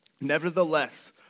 Nevertheless